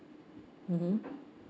mmhmm